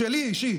שלי אישי,